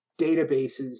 databases